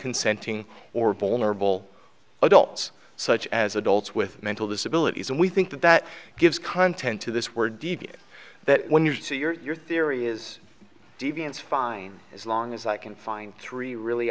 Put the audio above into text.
consenting or vulnerable adults such as adults with mental disabilities and we think that that gives content to this were deviant that when you see your theory is deviance fine as long as i can find three really